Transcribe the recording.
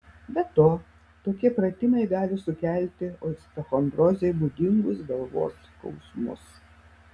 be to tokie pratimai gali sukelti osteochondrozei būdingus galvos skausmus